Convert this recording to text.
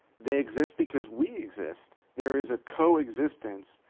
they exist because we exist. there is a co-existence,